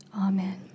Amen